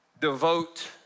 devote